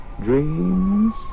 dreams